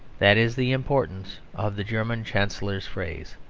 that is the importance of the german chancellor's phrase.